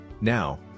Now